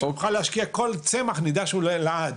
אני מוכן להשקיע כל צמח נדע שהוא לא יהיה לעד,